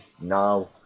now